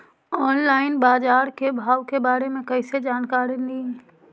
Online बाजार भाव के बारे मे कैसे जानकारी ली?